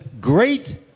great